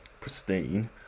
pristine